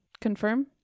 Confirm